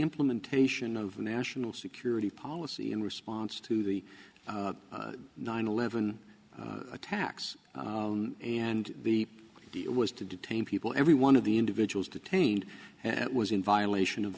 implementation of national security policy in response to the nine eleven attacks and the it was to detain people every one of the individuals detained and it was in violation of